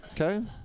Okay